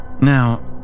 Now